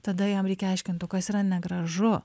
tada jam reikia aiškint o kas yra negražu